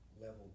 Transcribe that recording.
level